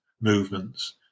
movements